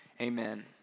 amen